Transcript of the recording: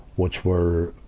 which were